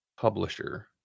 publisher